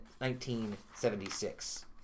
1976